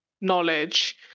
knowledge